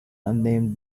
unnamed